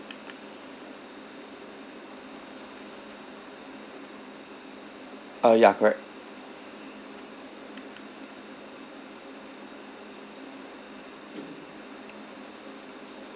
uh ya correct